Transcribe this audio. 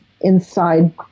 inside